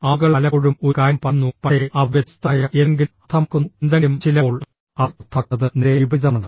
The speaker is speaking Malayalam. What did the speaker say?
ആളുകൾ പലപ്പോഴും ഒരു കാര്യം പറയുന്നു പക്ഷേ അവർ വ്യത്യസ്തമായ എന്തെങ്കിലും അർത്ഥമാക്കുന്നു എന്തെങ്കിലും ചിലപ്പോൾ അവർ അർത്ഥമാക്കുന്നത് നേരെ വിപരീതമാണ്